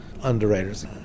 underwriters